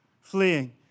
fleeing